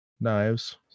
knives